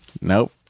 Nope